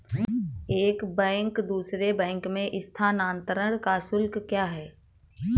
एक बैंक से दूसरे बैंक में स्थानांतरण का शुल्क क्या है?